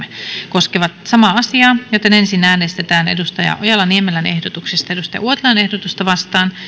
koskevat samaa määrärahaa joten ensin äänestetään johanna ojala niemelän ehdotuksesta kahdeksankymmentäkolme kari uotilan ehdotusta kahdeksaankymmeneenkahteen vastaan